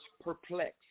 perplexed